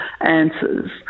answers